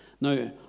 Now